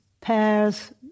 pairs